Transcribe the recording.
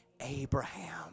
Abraham